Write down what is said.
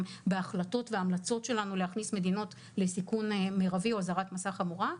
בהחלטות וההמלצות שלנו להכניס מדינות לסיכון מרבי או אזהרת מסע חמורה,